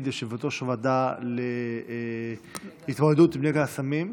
יושבת-ראש הוועדה להתמודדות עם נגע הסמים,